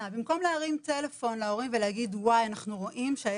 אני רוצה שנייה רגע להראות לכם את המסע שעוברים פה,